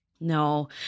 No